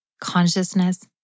consciousness